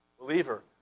Believer